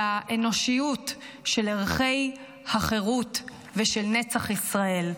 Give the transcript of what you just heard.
של האנושיות, של ערכי החירות ושל נצח ישראל.